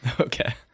Okay